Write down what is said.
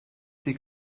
die